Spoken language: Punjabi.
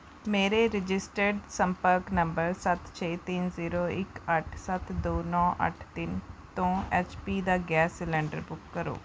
ਮੇਰੇ ਰਜਿਸਟਰਡ ਸੰਪਰਕ ਨੰਬਰ ਸੱਤ ਛੇ ਤਿੰਨ ਜ਼ੀਰੋ ਇੱਕ ਅੱਠ ਸੱਤ ਦੋ ਨੌਂ ਅੱਠ ਤਿੰਨ ਤੋਂ ਐੱਚ ਪੀ ਦਾ ਗੈਸ ਸਿਲੰਡਰ ਬੁੱਕ ਕਰੋ